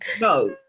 No